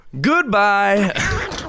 Goodbye